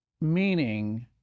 meaning